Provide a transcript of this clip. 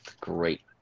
great